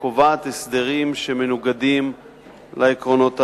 קובעת הסדרים שמנוגדים לעקרונות הללו.